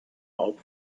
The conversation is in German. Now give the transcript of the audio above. auto